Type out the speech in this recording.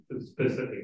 specifically